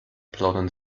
plaudern